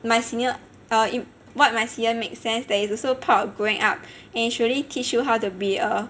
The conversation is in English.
my senior err what my senior make sense that it's also part of growing up and surely teach you how to be a